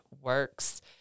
works